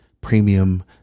premium